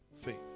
faith